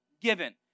given